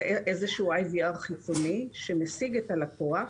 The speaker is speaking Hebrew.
זה איזשהו IVR חיצוני שמשיג את הלקוח,